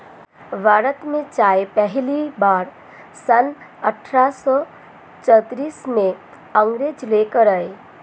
भारत में चाय पहली बार सन अठारह सौ चौतीस में अंग्रेज लेकर आए